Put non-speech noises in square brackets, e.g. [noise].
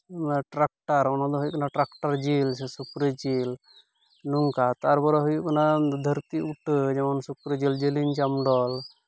ᱚᱱᱟ ᱴᱨᱟᱠᱴᱟᱨ ᱚᱱᱟ ᱫᱚ ᱦᱩᱭᱩᱜ ᱠᱟᱱᱟ ᱴᱨᱟᱠᱴᱟᱨ ᱡᱤᱞ ᱥᱮ ᱥᱩᱠᱨᱤ ᱡᱤᱞ ᱱᱚᱝᱠᱟ ᱛᱟᱨᱯᱚᱨᱮ ᱦᱩᱭᱩᱜ ᱠᱟᱱᱟ ᱚᱱᱟ ᱫᱷᱟᱹᱨᱛᱤ ᱩᱴᱟᱹ ᱡᱮᱢᱚᱱ ᱥᱩᱠᱨᱤ ᱡᱤᱞ ᱡᱤᱞᱤᱧ ᱪᱟᱲᱵᱚᱞ [unintelligible]